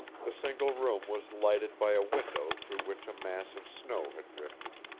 the single room was lighted by a window through which a mass of snow had drifted,